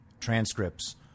transcripts